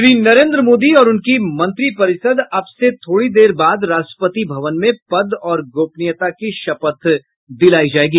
श्री नरेन्द्र मोदी और उनकी मंत्रिपरिषद् अब से थोड़ी देर बाद राष्ट्रपति भवन में पद और गोपनीयता की शपथ दिलायी जायेगी